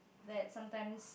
that sometimes